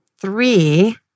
three